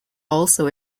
also